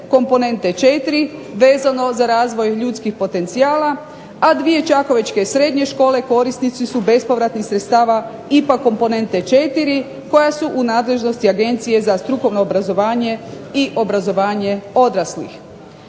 komponenta 4 vezano za razvoj ljudskih potencijala, a dvije čakovečke srednje škole korisnici su bespovratnih sredstava IPA komponenta 4 koja su u nadležnosti Agencije za strukovno obrazovanje i obrazovanje odraslih.